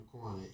corner